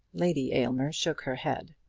lady aylmer shook her head.